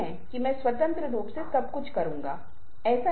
अशाब्दिक संप्रेषण का भी संदर्भ के बिना कोई अर्थ नहीं है